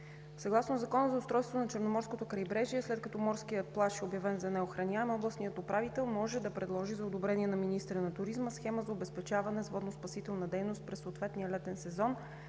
Съгласно Закона за устройство на Черноморското крайбрежие (ЗУЧК), след като морският плаж е обявен за неохраняем, областният управител може да предложи за одобрение на министъра на туризма схема за обезпечаване с водноспасителна дейност през съответния летен сезон,